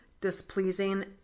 displeasing